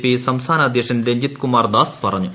P സംസ്ഥാന അധ്യക്ഷൻ രഞ്ജിത്ത് കുമാർദാസ് പറഞ്ഞു